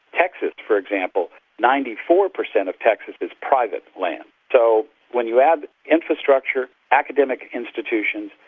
texas, for example, ninety four percent of texas is private land. so when you add infrastructure, academic institutions,